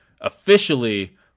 officially